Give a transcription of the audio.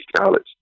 college